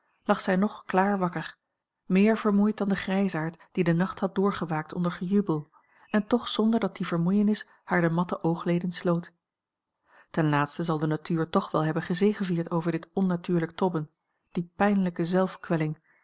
lag zij nog klaar wakker meer vermoeid dan de grijsaard die den nacht had a l g bosboom-toussaint langs een omweg doorgewaakt onder gejubel en toch zonder dat die vermoeienis haar de matte oogleden sloot ten laatste zal de natuur toch wel hebben gezegevierd over dit onnatuurlijk tobben die pijnlijke